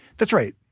that's right.